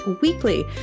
weekly